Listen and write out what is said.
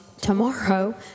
tomorrow